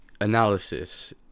analysis